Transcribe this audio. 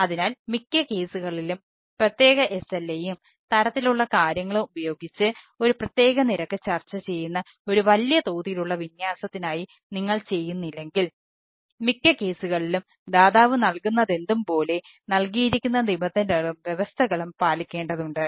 അതിനാൽ മിക്ക കേസുകളിലും പ്രത്യേക SLAയും തരത്തിലുള്ള കാര്യങ്ങളും ഉപയോഗിച്ച് ഒരു പ്രത്യേക നിരക്ക് ചർച്ച ചെയ്യുന്ന ഒരു വലിയ തോതിലുള്ള വിന്യാസത്തിനായി നിങ്ങൾ ചെയ്യുന്നില്ലെങ്കിൽ മിക്ക കേസുകളിലും ദാതാവ് നൽകുന്നതെന്തും പോലെ നൽകിയിരിക്കുന്ന നിബന്ധനകളും വ്യവസ്ഥകളും പാലിക്കേണ്ടതുണ്ട്